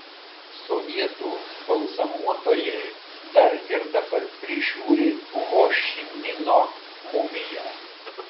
sovietų balzamuotojai dar ir dabar prižiūri ho ši mino mumiją